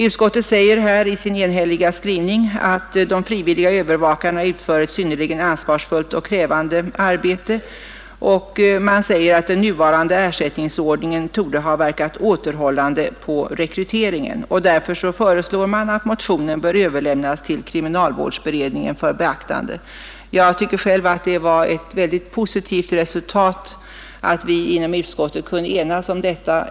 Utskottet säger i sin enhälliga skrivning att de frivilliga övervakarna utför ett synnerligen ansvarsfullt och krävande arbete och att den nuvarande ersättningsordningen torde ha verkat återhållande på rekryteringen. Utskottet föreslår att motionen överlämnas till kriminalvårdsberedningen för beaktande. Jag finner det vara mycket positivt att vi inom utskottet kunde enas om detta.